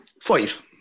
Five